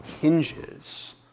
hinges